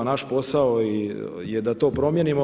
Naš posao je da to promijenimo.